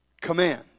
Command